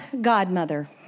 godmother